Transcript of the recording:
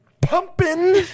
pumping